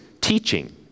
teaching